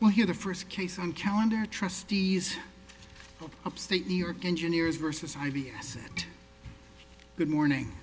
well here the first case in calendar trustees upstate new york engineers versus i v s good morning